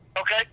Okay